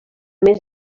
mes